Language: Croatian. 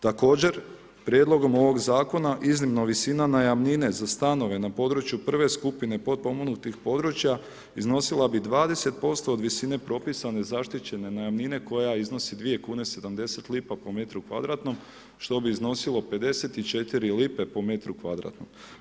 Također prijedlogom ovoga zakona iznimna visina najamnine za stanove na području prve skupine potpomognutih područja iznosila bi 20% od visine propisane zaštićene najamnine koja iznosi 2 kune 70 lipa po metru kvadratnom što bi iznosilo 54 lipe po metru kvadratnom.